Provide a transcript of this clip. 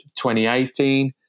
2018